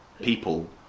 people